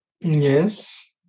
yes